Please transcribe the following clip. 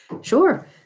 Sure